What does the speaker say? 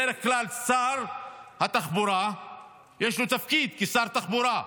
בדרך כלל לשר התחבורה יש תפקיד כשר תחבורה.